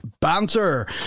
banter